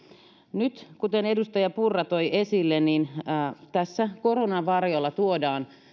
nyt kuten edustaja purra toi esille tässä koronan varjolla tuodaan